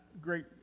great